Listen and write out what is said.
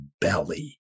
belly